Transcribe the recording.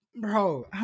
Bro